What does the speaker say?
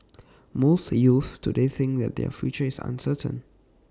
most youths today think that their future is uncertain